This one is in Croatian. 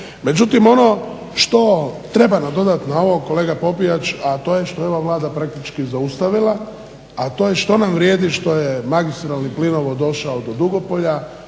Međutim ono što treba nadodati na ovo kolega Popijač, a to je što je ova Vlada praktički zaustavila, a to je što nam vrijedi što je magistralni plinovod došao do Dugopolja